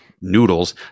noodles